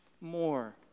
more